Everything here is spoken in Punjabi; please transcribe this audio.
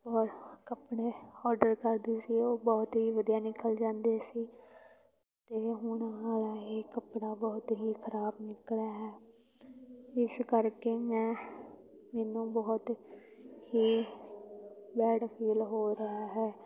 ਔਰ ਕੱਪੜੇ ਔਡਰ ਕਰਦੀ ਸੀ ਉਹ ਬਹੁਤ ਹੀ ਵਧੀਆ ਨਿਕਲ ਜਾਂਦੇ ਸੀ ਅਤੇ ਹੁਣ ਆਹ ਵਾਲ਼ਾ ਇਹ ਕੱਪੜਾ ਬਹੁਤ ਹੀ ਖਰਾਬ ਨਿਕਲਿਆ ਹੈ ਇਸ ਕਰਕੇ ਮੈਂ ਮੈਨੂੰ ਬਹੁਤ ਹੀ ਬੈਡ ਫੀਲ ਹੋ ਰਿਹਾ ਹੈ